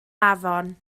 afon